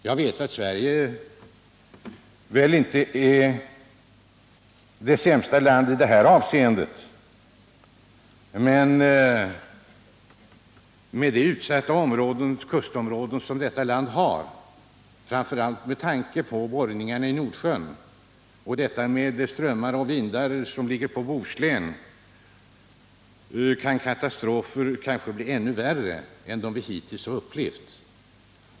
Jag vet att Sverige inte är det sämsta landet i detta avseende, men med de utsatta kustområden som Sverige har och med tanke på borrningarna i Nordsjön och de strömmar och vindar som ligger på Bohuslän kan katastroferna i framtiden kanske bli ännu värre än de som vi hittills har upplevt.